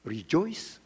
Rejoice